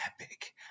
epic